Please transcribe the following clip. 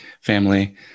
Family